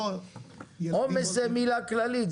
עומס זו מילה כללית.